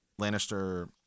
Lannister